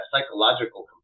psychological